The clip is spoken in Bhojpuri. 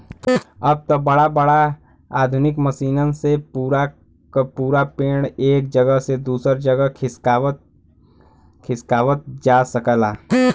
अब त बड़ा बड़ा आधुनिक मसीनन से पूरा क पूरा पेड़ एक जगह से दूसर जगह खिसकावत जा सकला